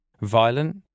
violent